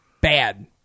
bad